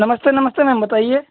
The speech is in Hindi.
नमस्ते नमस्ते मेम बताइये